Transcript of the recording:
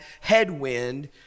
headwind